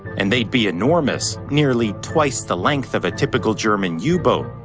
and they'd be enormous. nearly twice the length of a typical german yeah u-boat.